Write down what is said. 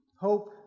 hope